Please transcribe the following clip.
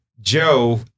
Joe